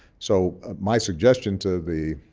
so my suggestion to the